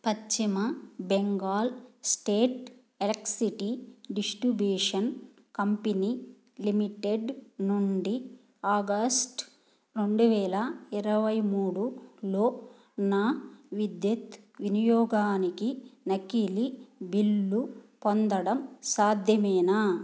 పశ్చిమ Bengal state electricity distribution company limited నుండి August రెండు వేల ఇరవై మూడులో నా విద్యుత్ వినియోగానికి నకిలీ బిల్లు పొందడం సాధ్యమేనా